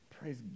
Praise